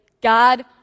God